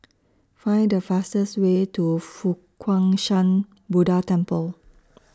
Find The fastest Way to Fo Guang Shan Buddha Temple